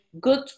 good